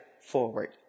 forward